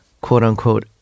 quote-unquote